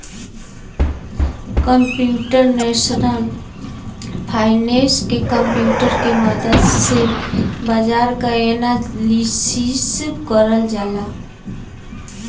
computational finance में computer के मदद से बाजार क एनालिसिस करल जाला